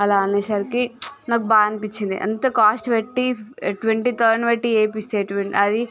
అలా అనేసరికి ఉచ్ నాకు బా అనిపించింది అంత కాస్ట్ పెట్టి ట్వెంటీ థౌసండ్ పెట్టి చేయిస్తే అవి